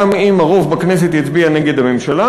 גם אם הרוב בכנסת יצביע נגד הממשלה,